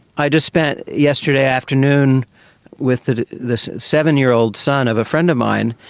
i just spent yesterday afternoon with this seven-year-old son of a friend of mine,